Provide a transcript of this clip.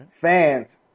fans